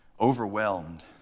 overwhelmed